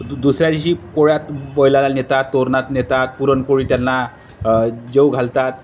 दु दुसऱ्या दिशी पोळ्यात बैलाला नेतात तोरणात नेतात पुरणपोळी त्यांना जेऊ घालतात